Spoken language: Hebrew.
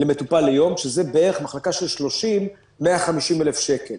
שזה בערך במחלקה של 30 150,000 שקל.